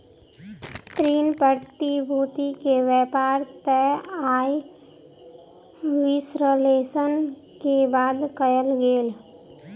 ऋण प्रतिभूति के व्यापार तय आय विश्लेषण के बाद कयल गेल